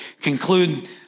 conclude